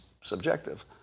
subjective